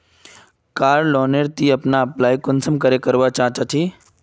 कार loan नेर ती अपना कुंसम करे अप्लाई करवा चाँ चची?